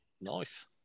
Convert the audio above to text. Nice